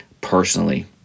personally